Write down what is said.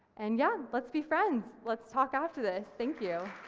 and yeah, let's be friends, let's talk after this. thank you.